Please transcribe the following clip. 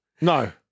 No